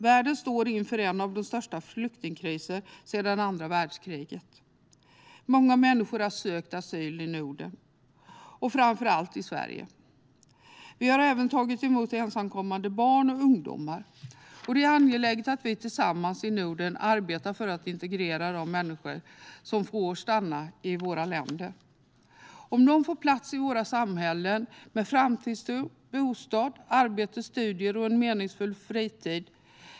Världen står inför en av de största flyktingkriserna sedan andra världskriget. Många människor har sökt asyl i Norden, framför allt i Sverige. Vi har även tagit emot ensamkommande barn och ungdomar. Det är angeläget att vi arbetar tillsammans i Norden för att integrera de människor som får stanna i våra länder så att de får en plats i våra samhällen med framtidstro, bostad, arbete, studier och en meningsfull fritid.